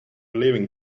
leaving